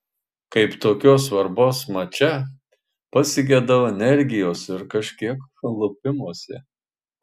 kaip tokios svarbos mače pasigedau energijos ir kažkiek lupimosi